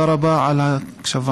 תודה רבה על ההקשבה.)